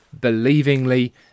believingly